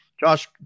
Josh